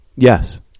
Yes